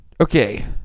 okay